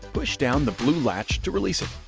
push down the blue latch to release it.